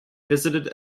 visited